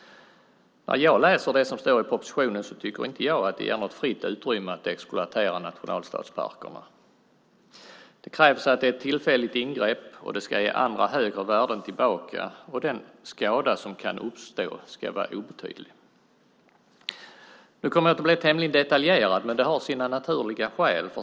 När jag läser det som står i propositionen tycker inte jag att det ger något fritt utrymme att exploatera nationalstadsparkerna. Det krävs att det är ett tillfälligt ingrepp, och det ska ge andra, högre värden tillbaka. Den skada som kan uppstå ska vara obetydlig. Nu kommer jag att bli tämligen detaljerad, men det har sina naturliga skäl.